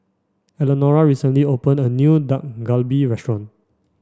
Elenora recently opened a new Dak Galbi restaurant